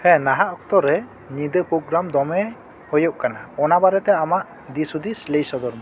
ᱦᱮᱸ ᱱᱟᱦᱟᱜ ᱚᱠᱛᱚ ᱨᱮ ᱧᱤᱫᱟᱹ ᱯᱨᱳᱜᱨᱟᱢ ᱫᱚᱢᱮ ᱦᱩᱭᱩᱜ ᱠᱟᱱᱟ ᱚᱱᱟ ᱵᱟᱨᱮᱛᱮ ᱟᱢᱟᱜ ᱫᱤᱥ ᱦᱩᱫᱤᱥ ᱞᱟᱹᱭ ᱚᱫᱚᱨ ᱢᱮ